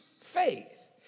faith